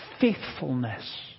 faithfulness